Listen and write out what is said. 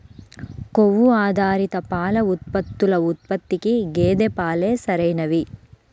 కొవ్వు ఆధారిత పాల ఉత్పత్తుల ఉత్పత్తికి గేదె పాలే సరైనవి